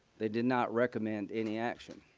they did not recommend any action.